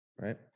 right